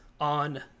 on